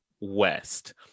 West